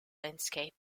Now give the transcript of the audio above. landscape